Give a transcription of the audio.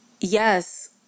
Yes